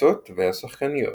הקבוצות והשחקניות